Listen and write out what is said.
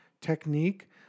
technique